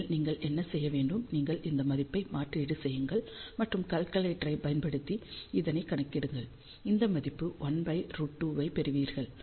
உண்மையில் நீங்கள் என்ன செய்ய வேண்டும் நீங்கள் இந்த மதிப்பை மாற்றீடு செய்யுங்கள் மற்றும் கால்குலேட்டரைப் பயன்படுத்தி இதைக் கணக்கிடுங்கள் இந்த மதிப்பு 1√2 ஐப் பெறுவீர்கள்